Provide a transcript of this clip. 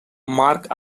mark